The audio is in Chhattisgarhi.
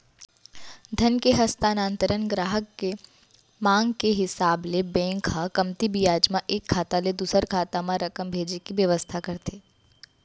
धन के हस्तांतरन गराहक के मांग के हिसाब ले बेंक ह कमती बियाज म एक खाता ले दूसर खाता म रकम भेजे के बेवस्था करथे